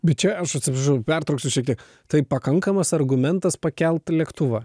bet čia aš atsiprašau pertrauksiu šiek tiek tai pakankamas argumentas pakelti lėktuvą